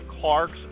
Clarks